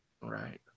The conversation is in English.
Right